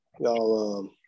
y'all